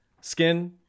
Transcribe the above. skin